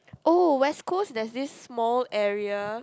oh West-Coast there's this small area